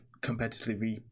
competitively